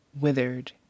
withered